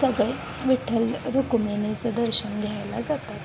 सगळे विठ्ठल रुक्मिणीचं दर्शन घ्यायला जातात